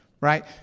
Right